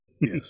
Yes